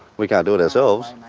we can't do it ourselves.